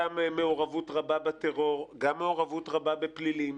גם מעורבות רבה בטרור, גם מעורבות רבה בפלילים,